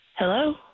Hello